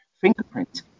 fingerprint